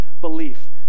belief